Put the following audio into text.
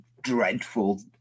dreadful